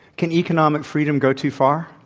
can economic freedom go too far?